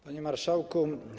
Panie Marszałku!